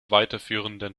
weiterführenden